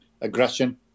Aggression